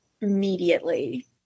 immediately